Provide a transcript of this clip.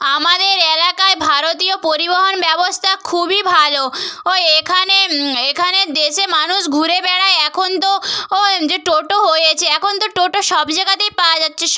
আমাদের এলাকার ভারতীয় পরিবহণ ব্যবস্থা খুবই ভালো ও এখানে এখানে দেশে মানুষ ঘুরে বেড়ায় এখন তো ও যে টোটো হয়েছে এখন তো টোটো সব জাগাতেই পাওয়া যাচ্ছে